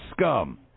scum